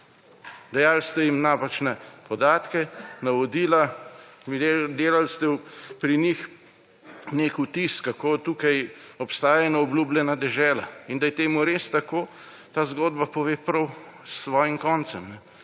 Dajali ste jim napačne podatke, navodila, delali ste pri njih nek vtis, kako tukaj obstaja ena obljubljena dežela. Da je temu res tako, ta zgodba pove prav s svojim koncem.